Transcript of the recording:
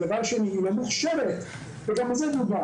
דבר שני, היא לא מוכשרת, וגם על זה דובר.